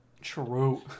True